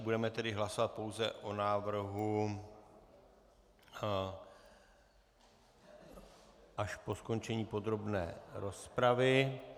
Budeme tedy hlasovat pouze o návrhu, až po skončení podrobné rozpravy.